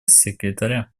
секретаря